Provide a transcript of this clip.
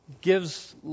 gives